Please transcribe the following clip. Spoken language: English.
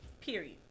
period